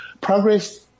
progress